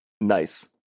Nice